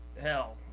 Hell